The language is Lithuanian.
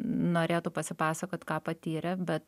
norėtų pasipasakot ką patyrė bet